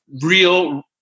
real